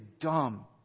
dumb